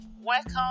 welcome